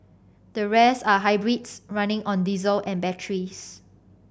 the rest are hybrids running on diesel and batteries